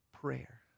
Prayer